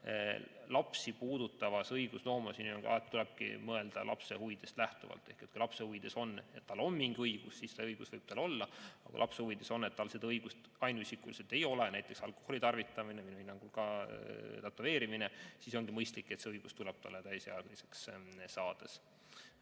Lapsi puudutavas õigusloomes tulebki alati mõelda lapse huvidest lähtuvalt. Kui lapse huvides on, et tal on mingi õigus, siis see õigus võib tal olla; kui lapse huvides on, et tal seda õigust ainuisikuliselt ei ole, näiteks alkoholi tarvitamise, minu hinnangul ka tätoveerimise õigus, siis ongi mõistlik, et see õigus tuleb talle täisealiseks saades.